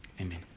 Amen